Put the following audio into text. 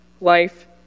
life